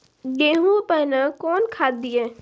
गेहूँ पहने कौन खाद दिए?